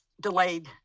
delayed